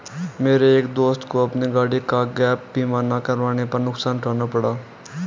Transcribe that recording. मेरे एक दोस्त को अपनी गाड़ी का गैप बीमा ना करवाने पर नुकसान उठाना पड़ा